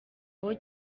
aho